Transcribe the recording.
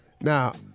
Now